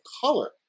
color